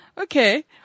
Okay